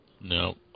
No